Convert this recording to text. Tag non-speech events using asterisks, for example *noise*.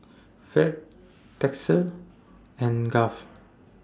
*noise* Fate Texie and Garth